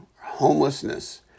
homelessness